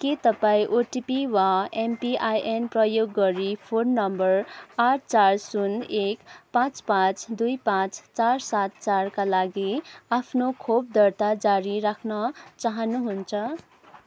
के तपाईँँ ओटिपी वा एमपिआइएन प्रयोग गरी फोन नम्बर आठ चार शून्य एक पाँच पाँच दुई पाँच चार सात चारका लागि आफ्नो खोप दर्ता जारी राख्न चाहनुहुन्छ